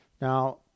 Now